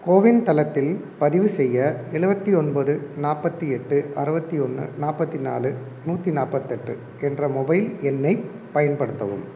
CoWIN தளத்தில் பதிவு செய்ய எழுபத்தி ஒன்பது நாற்பத்தி எட்டு அறுபத்தி ஒன்று நாற்பத்தி நாலு நூற்றி நாற்பத்தெட்டு என்ற மொபைல் எண்ணைப் பயன்படுத்தவும்